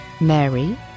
Mary